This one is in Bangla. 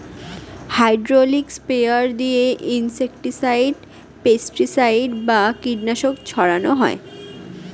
হাইড্রোলিক স্প্রেয়ার দিয়ে ইনসেক্টিসাইড, পেস্টিসাইড বা কীটনাশক ছড়ান হয়